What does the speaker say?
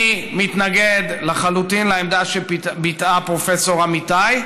אני מתנגד לחלוטין לעמדה שביטאה פרופ' אמיתי,